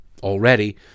already